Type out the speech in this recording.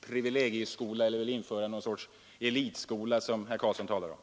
privilegieskola eller vill införa någon sorts elitskola, som herr Carlsson talar om.